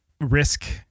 risk